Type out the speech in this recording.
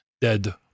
dead